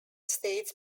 states